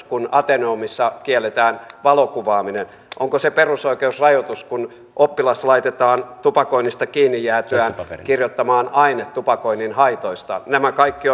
kun ateneumissa kielletään valokuvaaminen onko se perusoikeusrajoitus kun oppilas laitetaan tupakoinnista kiinni jäätyään kirjoittamaan aine tupakoinnin haitoista nämä kaikki